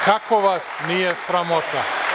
Kako vas nije sramota?